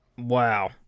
Wow